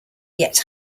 yet